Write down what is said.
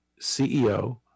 CEO